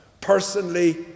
personally